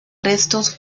restos